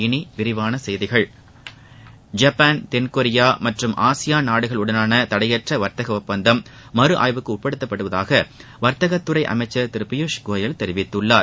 இனி விரிவான செய்திகள் ஜப்பான் தென்கொரியா மற்றும் ஆசியான் நாடுகள் உடனான தடையற்ற வர்த்தக ஒப்பந்தம் மறு ஆய்வுக்கு உட்படுத்தப்பட்டுள்ளதாக வர்த்தகத்துறை அமைச்சர் திரு பியூஷ் கோயல் தெரிவித்துள்ளார்